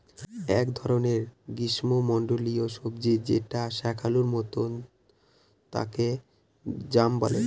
এক ধরনের গ্রীস্মমন্ডলীয় সবজি যেটা শাকালুর মত তাকে য়াম বলে